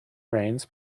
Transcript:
rains